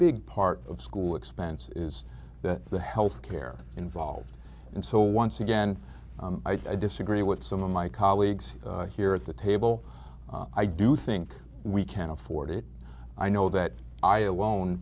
big part of school expense is that the health care involved and so once again i disagree with some of my colleagues here at the table i do think we can afford it i know that i alone